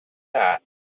that